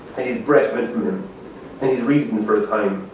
and his breath went from him and his reason for a time.